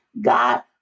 God